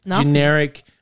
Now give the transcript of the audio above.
generic